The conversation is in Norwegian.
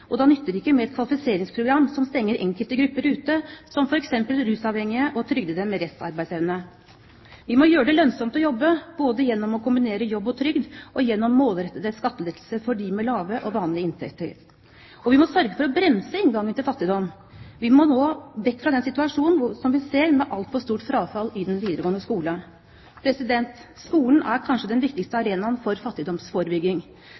og da nytter det ikke med et kvalifiseringsprogram som stenger enkelte grupper ute, som f.eks. rusavhengige og trygdede med restarbeidsevne. Vi må gjøre det lønnsomt å jobbe både gjennom å kombinere jobb og trygd og gjennom målrettede skattelettelser for dem med lave og vanlige inntekter. Vi må sørge for å bremse inngangen til fattigdom. Vi må nå vekk fra den situasjonen som vi ser med altfor stort frafall i den videregående skole. Skolen er kanskje den viktigste